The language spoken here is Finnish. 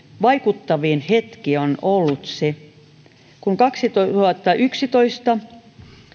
vaikuttavin hetki on ollut se kun vuonna kaksituhattayksitoista